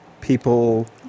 people